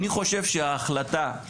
אני חושב שהחלטה של בני אדם,